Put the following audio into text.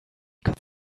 could